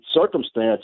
circumstance